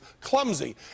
clumsy